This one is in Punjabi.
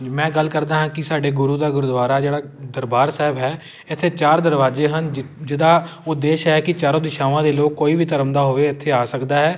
ਮੈਂ ਗੱਲ ਕਰਦਾ ਹਾਂ ਕਿ ਸਾਡੇ ਗੁਰੂ ਦਾ ਗੁਰਦੁਆਰਾ ਜਿਹੜਾ ਦਰਬਾਰ ਸਾਹਿਬ ਹੈ ਇੱਥੇ ਚਾਰ ਦਰਵਾਜ਼ੇ ਹਨ ਜਿ ਜਿਹਦਾ ਉਦੇਸ਼ ਹੈ ਕਿ ਚਾਰੋਂ ਦਿਸ਼ਾਵਾਂ ਦੇ ਲੋਕ ਕੋਈ ਵੀ ਧਰਮ ਦਾ ਹੋਵੇ ਇੱਥੇ ਆ ਸਕਦਾ ਹੈ